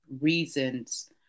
reasons